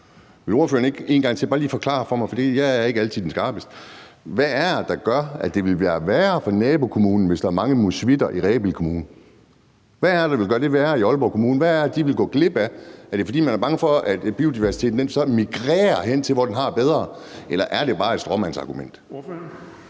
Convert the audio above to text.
Vil ordføreren ikke bare en gang til forklare noget for mig, for jeg er ikke altid den skarpeste: Hvad er det, der gør, at det vil være værre for nabokommunen, hvis der er mange musvitter i Rebild Kommune? Hvad er der ved det, der vil gøre det værre i Aalborg Kommune, hvad er det, de vil gå glip af? Er det, fordi man er bange for, at biodiversiteten migrerer hen til, hvor den har det bedre, eller er det bare et stråmandsargument?